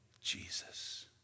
Jesus